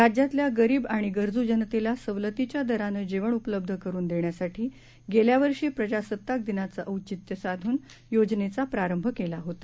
राज्यातल्यागरीबआणिगरजूजनतेलासवलतीच्यादरानंजेवणउपलब्धकरूनदेण्या साठीगेल्यावर्षीप्रजासत्ताकदिनाचंऔचित्यसाधूनयोजनेचाप्रारंभकेलाहोता